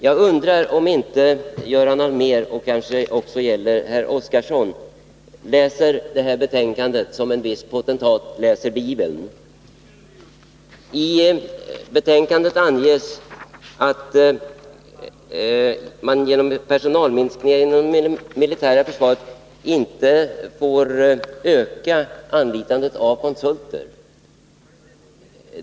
Jag undrar om inte herr Allmér, och kanske också herr Oskarson, läser detta betänkande som en viss potentat läser Bibeln. I betänkandet anges att man genom personalminskningar inom det militära försvaret inte får öka anlitandet av konsulter.